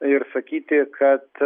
ir sakyti kad